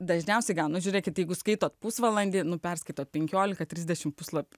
dažniausiai gaunu žiūrėkit jeigu skaitote pusvalandį nu perskaito penkiolika trisdešim puslapių